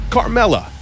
Carmella